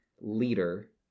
leader